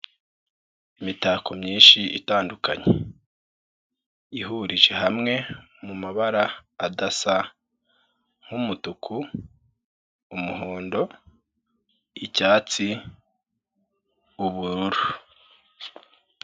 Imitako myinshi itandukanye ihurije hamwe mu mabara adasa nk'umutuku, umuhondo, icyatsi, ubururu.